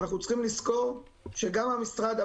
אנחנו צריכים לזכור שגם המשרד,